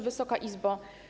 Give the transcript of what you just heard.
Wysoka Izbo!